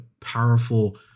powerful